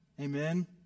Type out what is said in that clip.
Amen